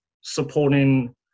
supporting